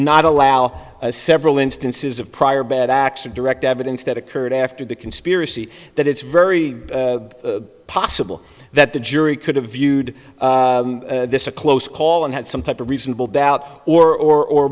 not allow several instances of prior bad acts or direct evidence that occurred after the conspiracy that it's very possible that the jury could have viewed this a close call and had some type of reasonable doubt or mor